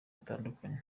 batandukanye